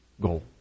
goal